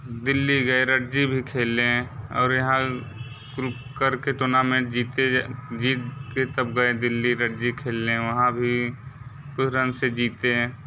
दिल्ली गए रणजी भी खेलें और यहाँ कृक कर के टूनामेंट जीते जीत के तब गए दिल्ली रणजी खेलने वहाँ भी कुछ रन से जीते हैं